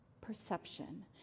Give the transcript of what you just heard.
perception